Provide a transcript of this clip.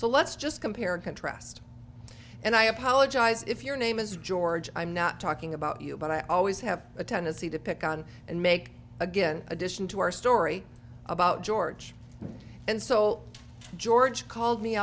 so let's just compare and contrast and i apologize if your name is george i'm not talking about you but i always have a tendency to pick on and make again addition to our story about george and so george called me